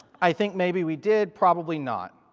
i think maybe we did. probably not.